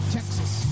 Texas